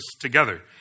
together